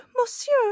monsieur